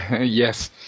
Yes